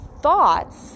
thoughts